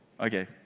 Okay